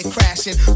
Crashing